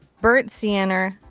burnt sienna,